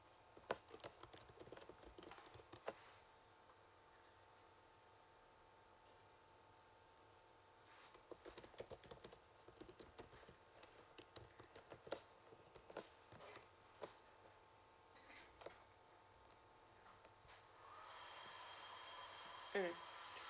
mm